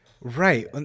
Right